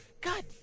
God